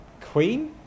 Queen